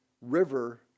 river